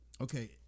Okay